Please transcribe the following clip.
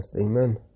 Amen